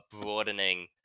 broadening